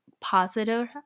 positive